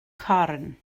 corn